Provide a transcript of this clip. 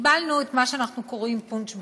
קיבלנו את מה שאנחנו קוראים לו "פונץ'-בננה"